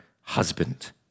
husband